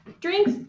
drinks